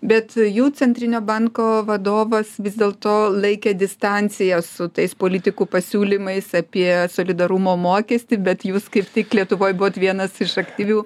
bet jų centrinio banko vadovas vis dėlto laikė distanciją su tais politikų pasiūlymais apie solidarumo mokestį bet jūs kaip tik lietuvoj buvot vienas iš aktyvių